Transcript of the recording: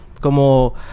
como